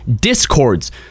discords